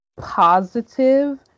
positive